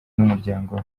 n’umuryango